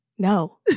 No